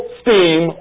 steam